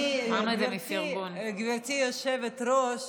גברתי היושבת-ראש,